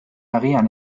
agian